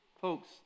Folks